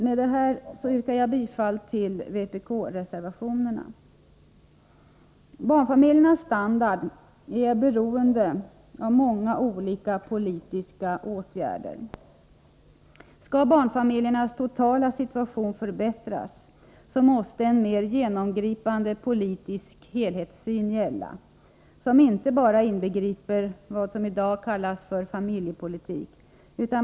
Med det här yrkar jag bifall till vpk-reservationerna. Barnfamiljernas standard är beroende av många olika politiska åtgärder. Skall barnfamiljernas totala situation förbättras, måste en mer genomgripande politisk helhetssyn gälla som inte bara inbegriper vad som i dag kallas för familjepolitik.